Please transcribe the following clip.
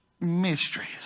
mysteries